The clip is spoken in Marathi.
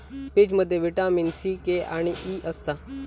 पीचमध्ये विटामीन सी, के आणि ई असता